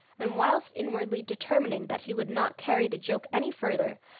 and whilst inwardly determining that he would not carry the joke any further,